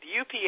UPS